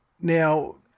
now